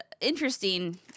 interesting